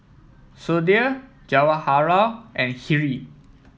Sudhir Jawaharlal and Hri